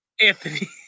Anthony